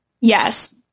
yes